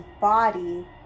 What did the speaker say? body